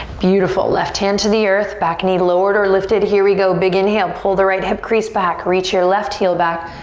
beautiful. left hand to the earth. back knee lowered or lifted. here we go, big inhale, pull the right hip crease back, reach your left heel back.